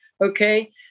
okay